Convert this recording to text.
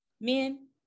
men